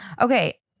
Okay